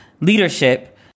leadership